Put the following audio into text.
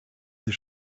ses